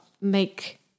make